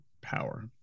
power